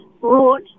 brought